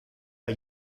bei